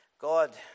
God